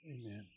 amen